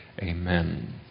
amen